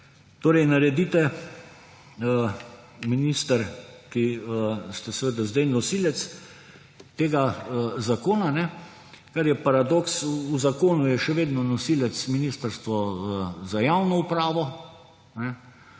Torej naredite, minister, ki ste seveda zdaj nosilec tega zakona, kar je paradoks, v zakonu je še vedno nosilec Ministrstvo za javno upravo.